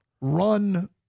run